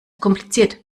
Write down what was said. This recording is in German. kompliziert